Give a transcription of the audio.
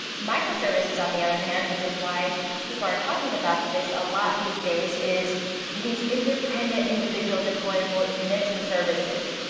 microservices on the other hand which is why people are talking about this a lot these days is these independent individual deployable units and services.